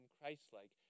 Christ-like